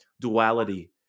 duality